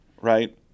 right –